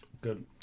Good